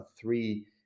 three